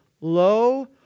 low